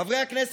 חברי הכנסת,